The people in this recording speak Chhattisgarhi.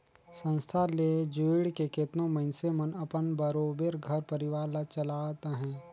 संस्था ले जुइड़ के केतनो मइनसे मन अपन बरोबेर घर परिवार ल चलात अहें